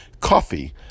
Coffee